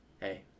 hey